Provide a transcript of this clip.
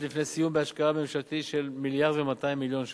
לפני סיום בהשקעה ממשלתית של כ-1.2 מיליארד ש"ח.